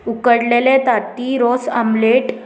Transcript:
उकडलेले तांतीं रोस आमलेट